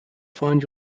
find